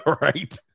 Right